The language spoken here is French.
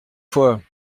fois